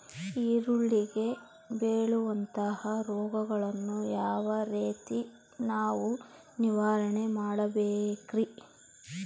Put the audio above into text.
ಈರುಳ್ಳಿಗೆ ಬೇಳುವಂತಹ ರೋಗಗಳನ್ನು ಯಾವ ರೇತಿ ನಾವು ನಿವಾರಣೆ ಮಾಡಬೇಕ್ರಿ?